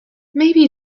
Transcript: maybe